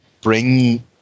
bring